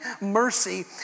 mercy